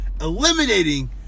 Eliminating